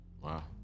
wow